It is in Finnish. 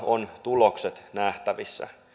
ovat tulokset nähtävissä